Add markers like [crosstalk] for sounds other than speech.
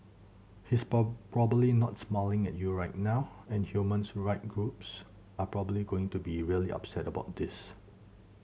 he's [unintelligible] probably not smiling at you right now and humans right groups are probably going to be really upset about this